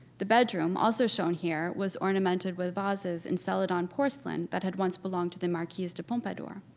the bedroom, also shown here was, ornamented with vases and celadon porcelain that had once belonged to the marquise de pompadour.